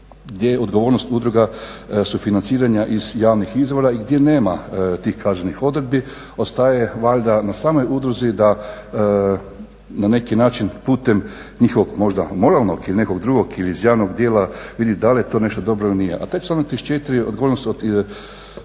gdje je odgovornost udruga sufinanciranja iz javnih izvora gdje nema tih kaznenih odredbi, ostaje valjda na samoj udruzi da na neki način putem njihovog, možda moralno ili nekog drugog ili iz javnog dijela, vidi dali je to nešto dobro ili nije. A taj članak 34. odgovornost od